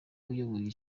uyoboye